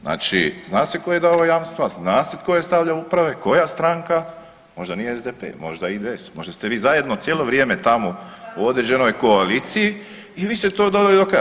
Znači zna se tko je dao jamstva, zna se tko je stavljao upravo, koja stranka, možda nije SDP, možda IDS, možda ste vi zajedno cijelo vrijeme tamo u određenoj koaliciji ili ste to doveli do kraja.